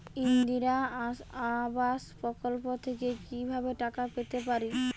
ইন্দিরা আবাস প্রকল্প থেকে কি ভাবে টাকা পেতে পারি?